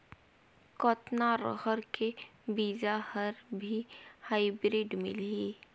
कतना रहर के बीजा हर भी हाईब्रिड मिलही?